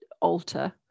alter